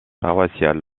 paroissiale